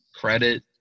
credit